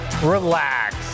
Relax